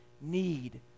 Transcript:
need